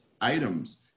items